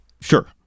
sure